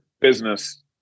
business